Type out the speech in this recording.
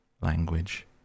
language